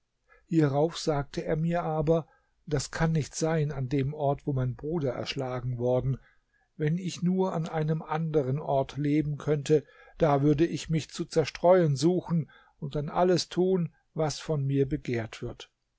hierauf sagte er mir aber das kann nicht sein an dem ort wo mein bruder erschlagen worden wenn ich nur an einem anderen ort leben könnte da würde ich mich zu zerstreuen suchen und dann alles tun was von mir begehrt wird